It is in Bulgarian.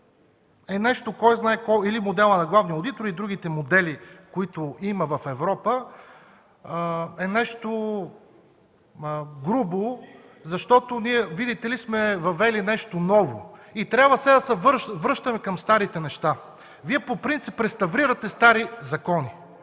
е в момента, или моделът на главния одитор и другите модели, които има в Европа, е нещо грубо, защото ние, видите ли, сме въвели нещо ново и сега трябва да се връщаме към старите неща. Вие по принцип реставрирате стари закони.